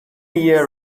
year